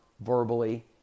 verbally